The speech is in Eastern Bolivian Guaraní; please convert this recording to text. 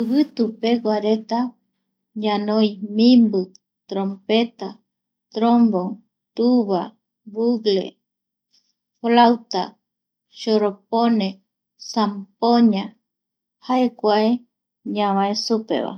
Ivitupeguareta ñanoi, mimbi, trompeta, trombon, tuba, bugle, flauta, shoropone, sampoña jae kuae ñavae supevae